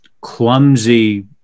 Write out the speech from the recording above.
clumsy